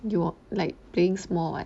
you like playing small right